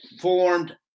formed